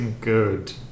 good